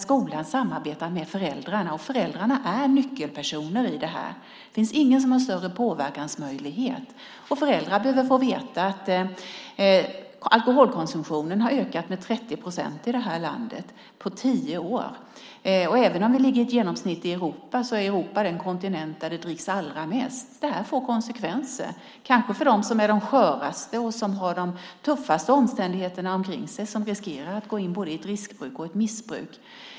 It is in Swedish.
Skolan samarbetar med föräldrarna. Föräldrarna är nyckelpersoner i det här. Det finns ingen som har större påverkansmöjlighet. Och föräldrar behöver få veta att alkoholkonsumtionen har ökat med 30 procent i det här landet på tio år. Även om det ligger ett genomsnitt i Europa är Europa den kontinent där det dricks allra mest. Det här får konsekvenser. Kanske är det de som är skörast och som har de tuffaste omständigheterna omkring sig som riskerar att gå in i både ett riskbruk och ett missbruk.